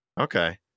okay